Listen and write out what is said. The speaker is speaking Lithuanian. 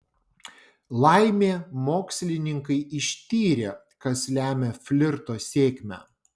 laimė mokslininkai ištyrė kas lemia flirto sėkmę